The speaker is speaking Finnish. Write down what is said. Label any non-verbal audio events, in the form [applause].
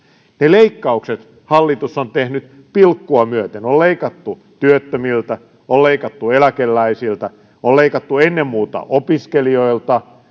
ne leikkaukset hallitus on tehnyt pilkkua myöten on leikattu työttömiltä on leikattu eläkeläisiltä on leikattu ennen muuta opiskelijoilta [unintelligible]